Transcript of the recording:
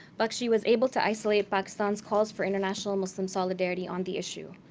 bakshi was able to isolate pakistan's calls for international muslim solidarity on the issue.